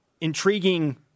intriguing